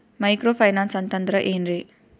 Micro finance ಅಂತಂದ್ರ ಏನ್ರೀ?